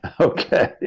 Okay